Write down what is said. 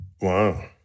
Wow